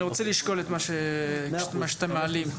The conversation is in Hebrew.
אני רוצה לשקול את מה שאתם מעלים,